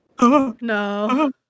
No